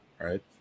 right